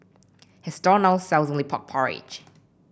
his stall now sells only pork porridge